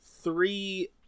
three